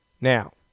Now